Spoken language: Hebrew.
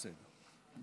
בסדר.